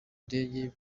ndege